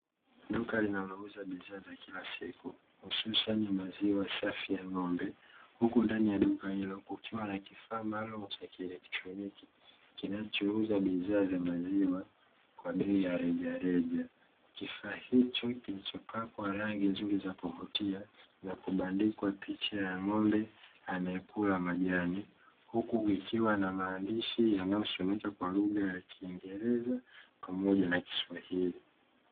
Duka linalouza bidhaa za kila siku hususa ni maziwa safi ya ng'ombe, huku ndani ya duka hilo kukiwa na kifaa maalumu cha kielectroniki kinachouza bidhaa za maziwa kwa bei ya rejareja. Kifaa hicho kimepakwa rangi nzuri za kuvutia na kubandikwa picha ya ng'ombe anayekula majani, huku kikiwa na maandishi yanayosomeka kwa lugha ya kiingereza pamoja na kiswahili.